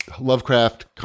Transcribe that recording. Lovecraft